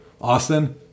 Austin